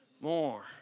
more